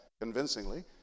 convincingly